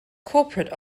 corporate